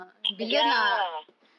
ya